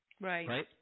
Right